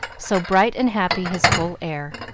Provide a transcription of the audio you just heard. so bright and happy his whole air.